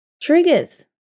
triggers